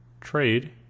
trade